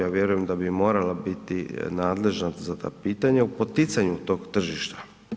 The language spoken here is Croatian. Ja vjerujem da bi morala biti nadležna za ta pitanja u poticanju tog tržišta.